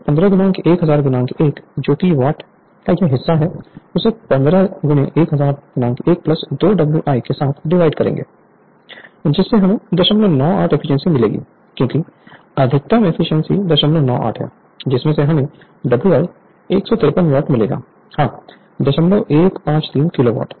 तो 15 1000 1 जो कि वॉट का यह हिस्सा है उसे 151000 1 2Wi के साथ डिवाइड करेंगे जिससे हमें 098 एफिशिएंसी मिलेगी क्योंकि अधिकतम एफिशिएंसी 098 है जिसमें से हमें Wi 153 वाट मिलेगा हां 0153 किलोवाट